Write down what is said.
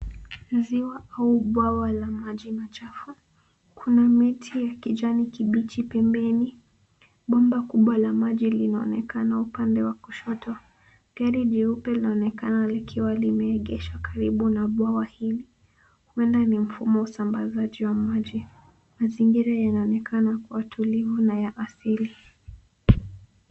Ziwa au bwawa la maji machafu. Kuna miti ya kijani kibichi pembeni. Bomba kubwa la maji linaonekana upande wa kushoto. Gari jeupe laonekana likiwa limeegeshwa karibu na bwawa hili. Huenda ni mfumo wa usambazaji wa maji. Mazingira yanaonekana kuwa tulivu na ya asili.